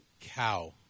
cow